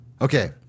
Okay